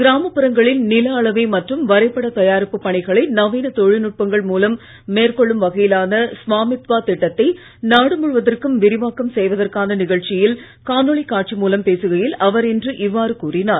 கிராமப்புறங்களில் நில அளவை மற்றும் வரைப்பட தயாரிப்பு பணிகளை நவீன தொழில் நுட்பங்கள் மூலம் மேற்கொள்ளும் வகையிலான ஸ்வாமித்வா திட்டத்தை நாடு முழுவதற்கும் விரிவாக்கம் செய்வதற்கான நிகழ்ச்சியில் காணொலி காட்சி மூலம் பேசுகையில் அவர் இன்று இவ்வாறு கூறினார்